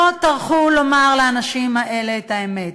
לא טרחו לומר לאנשים האלה את האמת,